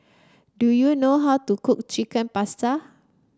do you know how to cook Chicken Pasta